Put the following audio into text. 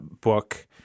book